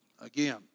again